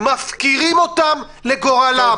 מפקירים אותם לגורלם,